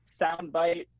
soundbite